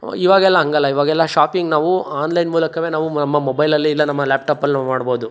ಇವಾಗೆಲ್ಲ ಹಂಗಲ್ಲ ಇವಾಗೆಲ್ಲ ಶಾಪಿಂಗ್ ನಾವು ಆನ್ಲೈನ್ ಮೂಲಕವೇ ನಾವು ನಮ್ಮ ಮೊಬೈಲಲ್ಲಿ ಇಲ್ಲ ನಮ್ಮ ಲ್ಯಾಪ್ಟಾಪಲ್ಲಿ ನಾವು ಮಾಡ್ಬೌದು